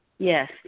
Yes